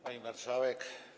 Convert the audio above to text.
Pani Marszałek!